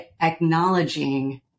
acknowledging